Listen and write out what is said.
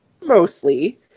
Mostly